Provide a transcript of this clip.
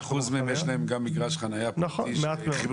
לאיזה אחוז מהם יש גם מגרש חניה פרטי שהכריחו